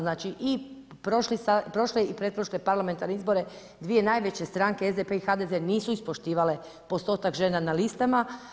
Znači, i prošle i pretprošle parlamentarne izbore dvije najveće stranke SDP i HDZ nisu ispoštivale postotak žena na listama.